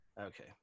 Okay